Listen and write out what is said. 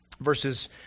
verses